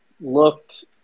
looked